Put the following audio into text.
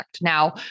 Now